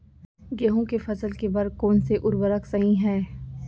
गेहूँ के फसल के बर कोन से उर्वरक सही है?